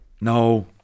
No